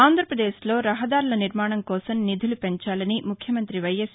ఆంధ్రప్రదేశ్లో రహదారుల నిర్మాణం కోసం నిధులు పెంచాలని ముఖ్యమంత్రి వైఎస్